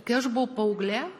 kai aš buvau paauglė